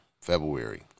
February